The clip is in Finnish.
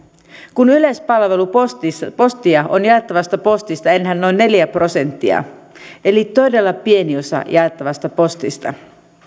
kun yleispalvelupostia on jaettavasta postista enää noin neljä prosenttia eli todella pieni osa jaettavasta postista